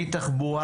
מתחבורה,